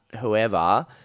whoever